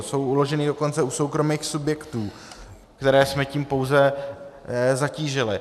Jsou uložena dokonce u soukromých subjektů, které jsme tím pouze zatížili.